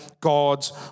God's